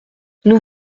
nous